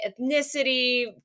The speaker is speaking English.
ethnicity